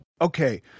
Okay